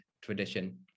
tradition